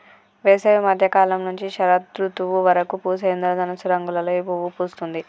వేసవి మద్య కాలం నుంచి శరదృతువు వరకు పూసే ఇంద్రధనస్సు రంగులలో ఈ పువ్వు పూస్తుంది